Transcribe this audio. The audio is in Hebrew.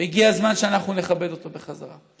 והגיע הזמן שאנחנו נכבד אותו בחזרה.